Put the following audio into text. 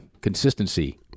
consistency